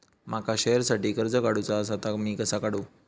माका शेअरसाठी कर्ज काढूचा असा ता मी कसा काढू?